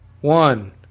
one